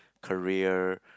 career